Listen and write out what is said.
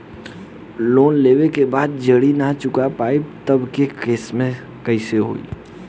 Loan लेवे के बाद जड़ी ना चुका पाएं तब के केसमे का होई?